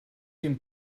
dem